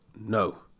no